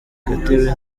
gatebe